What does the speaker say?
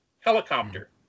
helicopter